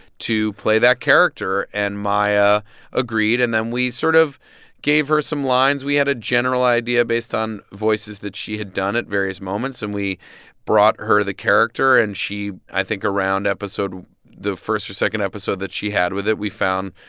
to play that character, and maya agreed. and then we sort of gave her some lines. we had a general idea based on voices that she had done at various moments. and we brought her the character, and she, i think, around episode the first or second episode that she had with it, we found,